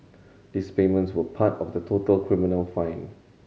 these payments were part of the total criminal fine